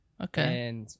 Okay